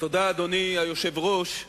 אדוני היושב-ראש,